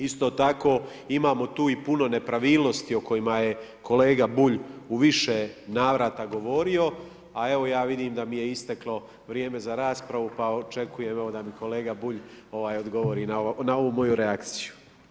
Isto tako imamo tu i puno nepravilnosti o kojima je kolega Bulj u više navrata govorio, a evo, ja vidim da mi je isteklo vrijeme za rasprava pa očekujem da mi kolega Bulj odgovori na ovu moju reakciju.